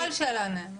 גברתי היושבת-ראש,